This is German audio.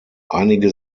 einige